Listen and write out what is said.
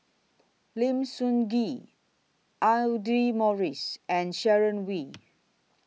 Lim Sun Gee Audra Morrice and Sharon Wee